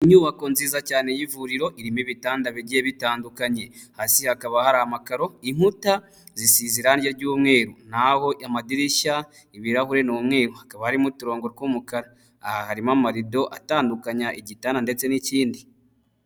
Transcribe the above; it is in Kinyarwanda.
Inyubako nziza cyane y'ivuriro irimo ibitanda bigiye bitandukanye. Hasi hakaba hari amakaro, inkuta zisize irange ry'mweru, na ho amadirishya, ibirahuri ni umweru, hakaba harimo uturongo tw'umukara. Aha harimo amarido atandukanya igitanda ndetse n'ikindi.